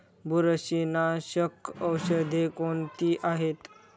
बुरशीनाशक औषधे कोणती आहेत?